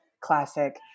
classic